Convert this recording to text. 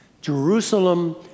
Jerusalem